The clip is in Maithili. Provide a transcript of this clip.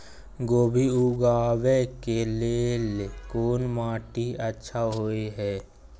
कोबी उगाबै के लेल कोन माटी अच्छा होय है?